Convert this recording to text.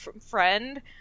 friend